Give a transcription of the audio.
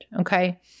Okay